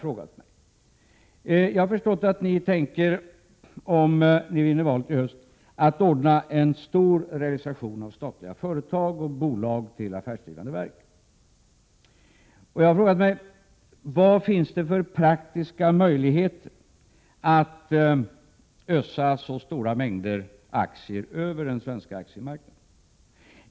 Såvitt jag förstår tänker ni, om ni vinner valet i höst, ordna en stor realisation av statliga företag och bolag, som då blir affärsdrivande verk. Jag har också frågat mig: Vad finns det för praktiska möjligheter när det gäller att ösa en stor mängd aktier över den svenska aktiemarknaden?